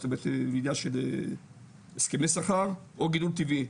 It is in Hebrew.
זאת אומרת עניין של הסכמי שכר או גידול טבעי,